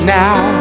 now